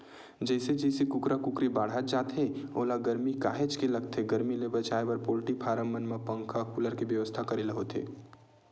जइसे जइसे कुकरा कुकरी बाड़हत जाथे ओला गरमी काहेच के लगथे गरमी ले बचाए बर पोल्टी फारम मन म पंखा कूलर के बेवस्था करे ल होथे